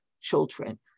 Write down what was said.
children